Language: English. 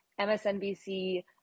MSNBC